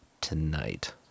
tonight